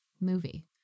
movie